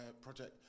project